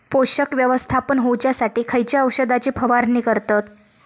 पोषक व्यवस्थापन होऊच्यासाठी खयच्या औषधाची फवारणी करतत?